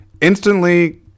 Instantly